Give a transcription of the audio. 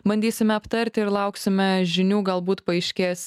bandysime aptarti ir lauksime žinių galbūt paaiškės